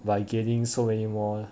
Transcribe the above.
by getting so many more